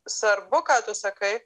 svarbu ką tu sakai